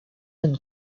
and